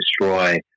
destroy